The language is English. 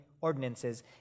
ordinances